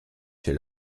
chez